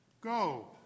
Go